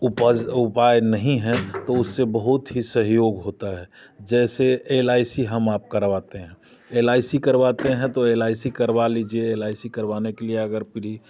उपज उपाय नहीं है तो उससे बहुत ही सहयोग होता है जैसे एल आई सी हम आप करवाते हैं एल आई सी करवाते हैं तो एल आई सी करवा लीजिए एल आई सी करवाने के लिए अगर प्री